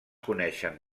coneixen